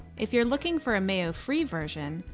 if you're looking for a mayo-free version,